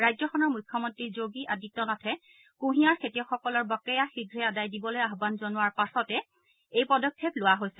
ৰাজ্যখনৰ মুখ্যমন্ত্ৰী যোগী আদিত্যনাথে কুঁহিয়াৰ খেতিয়কসকলৰ বকেয়া শীঘ্ৰে আদায় দিবলৈ আহান জনোৱাৰ পাছতে এই পদক্ষেপ লোৱা হৈছে